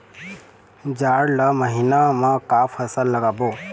जाड़ ला महीना म का फसल लगाबो?